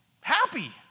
happy